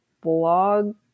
blog